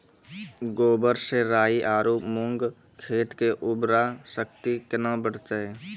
गोबर से राई आरु मूंग खेत के उर्वरा शक्ति केना बढते?